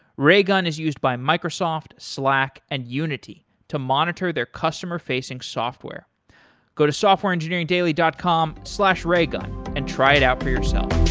raygun is used by microsoft, slack and unity to monitor their customer-facing software go to softwareengineeringdailly dot com slash raygun and try it out for yourself